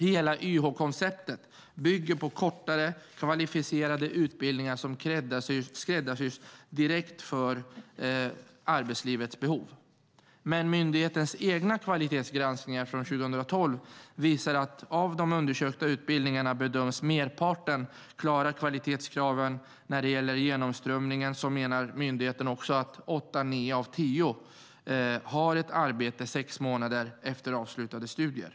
Hela YH-konceptet bygger på kortare kvalificerade utbildningar som skräddarsys direkt för arbetslivets behov. Myndighetens egna kvalitetsgranskningar från 2012 visar att av de undersökta utbildningarna bedöms merparten klara kvalitetskraven när det gäller genomströmningen. Myndigheten bedömer också att åtta eller nio av tio har ett arbete sex månader efter avslutade studier.